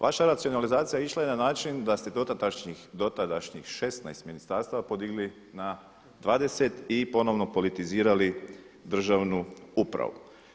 Vaša racionalizacija išla je na čin da ste dotadašnjih 16 ministarstava podigli na 20 i ponovno politizirali državnu upravu.